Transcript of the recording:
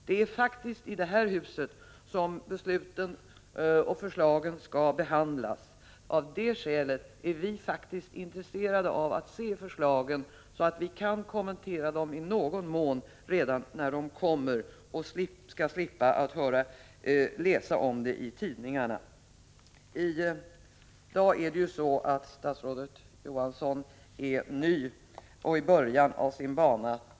Det är faktiskt i detta hus som förslagen skall behandlas och besluten fattas. Av det skälet är vi här intresserade av att se förslagen så att vi kan kommentera dem i någon mån redan när de kommer och slipper läsa om dem i tidningarna. I dag är statsrådet Johansson ny och i början av sin bana.